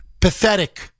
Pathetic